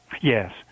Yes